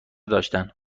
داشتند